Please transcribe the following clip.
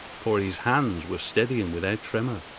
for his hands were steady and without tremor.